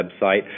website